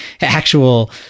actual